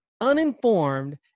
uninformed